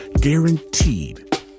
Guaranteed